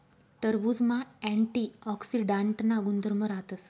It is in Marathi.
टरबुजमा अँटीऑक्सीडांटना गुणधर्म राहतस